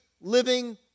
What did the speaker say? living